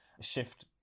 shift